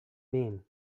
mean